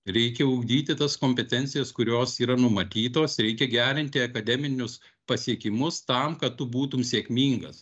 reikia ugdyti tas kompetencijas kurios yra numatytos reikia gerinti akademinius pasiekimus tam kad tu būtum sėkmingas